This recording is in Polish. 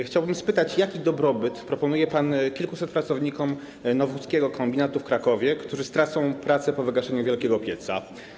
Chciałbym spytać, jaki dobrobyt proponuje pan kilkuset pracownikom nowohuckiego kombinatu w Krakowie, którzy stracą pracę po wygaszeniu wielkiego pieca.